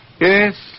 Yes